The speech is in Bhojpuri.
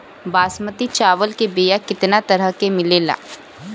बासमती चावल के बीया केतना तरह के मिलेला?